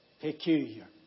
peculiar